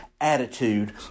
attitude